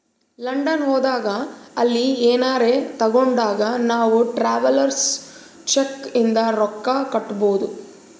London ಹೋದಾಗ ಅಲ್ಲಿ ಏನರೆ ತಾಗೊಂಡಾಗ್ ನಾವ್ ಟ್ರಾವೆಲರ್ಸ್ ಚೆಕ್ ಇಂದ ರೊಕ್ಕಾ ಕೊಡ್ಬೋದ್